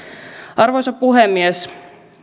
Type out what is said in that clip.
arvoisa puhemies